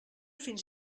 fins